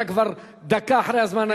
אתה כבר דקה אחרי הזמן.